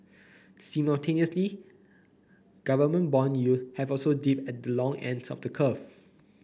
simultaneously government bond yield have also dipped at the long ends of the curve